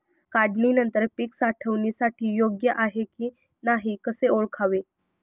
काढणी नंतर पीक साठवणीसाठी योग्य आहे की नाही कसे ओळखावे?